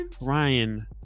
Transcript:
Ryan